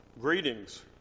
greetings